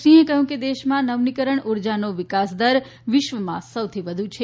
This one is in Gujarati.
સિંહે કહ્યું કે દેશમાં નવીનીકરણ ઉર્જાનો વિકાસ દર વિશ્વમાં સૌથી વધુ છે